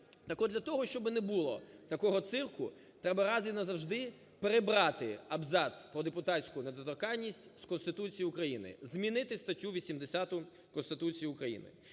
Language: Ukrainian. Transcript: Так от для того, щоб не було такого цирку, треба раз і назавжди прибрати абзац про депутатську недоторканність з Конституції України, змінити статтю 80 Конституції України.